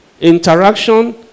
interaction